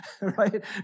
right